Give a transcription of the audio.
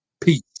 Peace